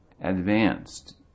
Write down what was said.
advanced